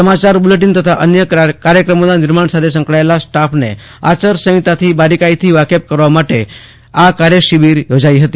સમાચાર બુલેટીન તથા અન્ય કાર્યક્રમોના નિર્માણ સાથે સંકળાયેલા સ્ટાફને આચારસંહિતા બારીકાઈથી વાકેફ કરવા માટે કાર્ય શિબિર યોજાઈ હતી